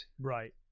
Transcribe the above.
Right